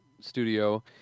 studio